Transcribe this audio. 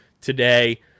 today